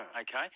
Okay